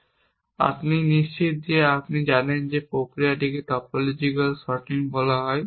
এবং আমি নিশ্চিত যে আপনি জানেন যে প্রক্রিয়াটিকে টপোলজিক্যাল সর্টিং বলা হয়